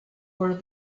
were